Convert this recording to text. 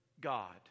God